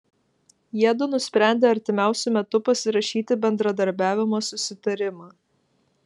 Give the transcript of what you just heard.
jiedu nusprendė artimiausiu metu pasirašyti bendradarbiavimo susitarimą